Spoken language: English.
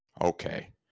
Okay